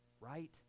Right